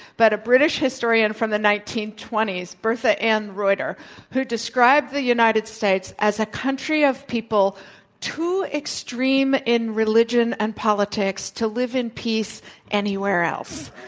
but british historian from the nineteen twenty s, bertha ann router who described the united states as a country of people too extreme in religion and politics to live in peace anywhere else.